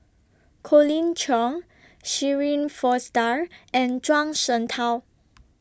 Colin Cheong Shirin Fozdar and Zhuang Shengtao